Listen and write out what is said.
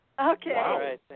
Okay